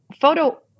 photo